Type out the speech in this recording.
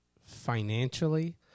financially